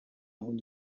مون